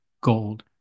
gold